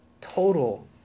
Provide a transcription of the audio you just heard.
total